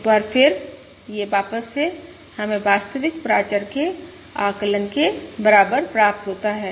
एक बार फिर ये वापस से हमे वास्तविक प्राचर के आकलन के बराबर प्राप्त होता है